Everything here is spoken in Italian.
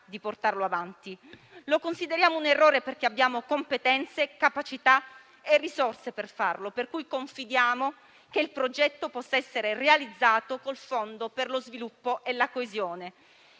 di portarlo avanti. Lo consideriamo un errore perché abbiamo competenze, capacità e risorse per farlo. Pertanto, confidiamo che il progetto possa essere realizzato con il Fondo per lo sviluppo e la coesione.